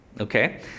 Okay